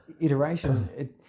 iteration